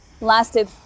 lasted